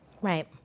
Right